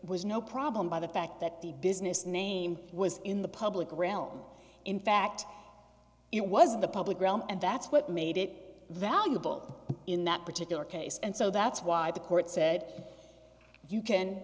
was no problem by the fact that the business name was in the public realm in fact it was in the public realm and that's what made it valuable in that particular case and so that's why the court said you can